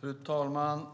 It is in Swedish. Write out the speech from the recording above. Fru talman!